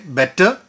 better